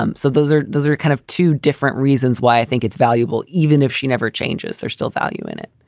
um so those are those are kind of two different reasons why i think it's valuable even if she never changes. there's still value in it.